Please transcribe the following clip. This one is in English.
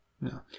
No